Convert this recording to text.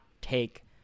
take